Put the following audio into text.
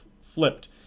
flipped